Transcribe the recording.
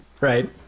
Right